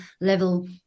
level